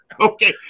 Okay